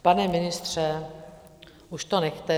Pane ministře, už to nechte.